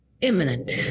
imminent